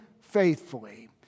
faithfully